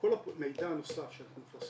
כל המידע הנוסף שאנחנו מפרסמים,